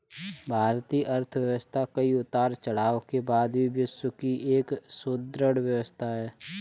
भारतीय अर्थव्यवस्था कई उतार चढ़ाव के बाद भी विश्व की एक सुदृढ़ व्यवस्था है